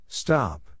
Stop